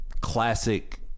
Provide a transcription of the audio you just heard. classic